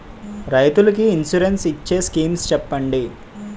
రైతులు కి ఇన్సురెన్స్ ఇచ్చే స్కీమ్స్ చెప్పండి?